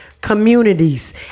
communities